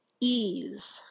ease